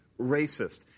racist